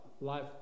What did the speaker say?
life